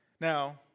Now